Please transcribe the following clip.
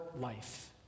life